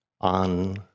on